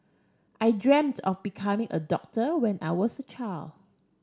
I dreamt of becoming a doctor when I was a child